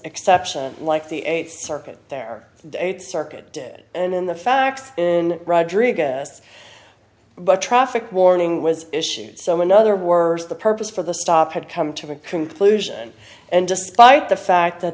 exception like the eighth circuit there the eighth circuit did and in the fact in rodriguez but traffic warning was issued so in other words the purpose for the stop had come to a conclusion and despite the fact that